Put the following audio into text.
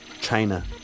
China